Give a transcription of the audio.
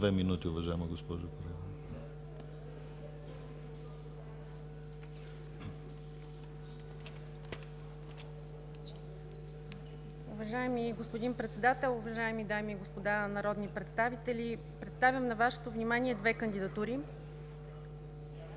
две минути, уважаема госпожо